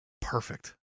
Perfect